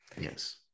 Yes